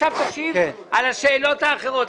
בבקשה, תשיב על השאלות האחרות.